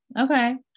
Okay